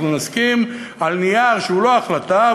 אנחנו נסכים על נייר שהוא לא החלטה,